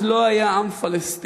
אז לא היה עם פלסטיני.